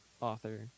author